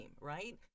right